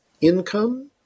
income